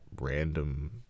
random